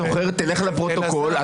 אני זוכר, תלך לפרוטוקול.